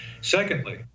Secondly